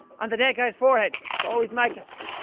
on the dead guy's forehead. it's always magnets.